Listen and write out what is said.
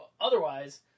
Otherwise